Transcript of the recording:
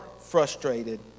frustrated